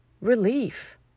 relief